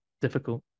difficult